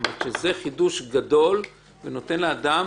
זה חידוש גדול שנותן לאדם